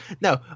No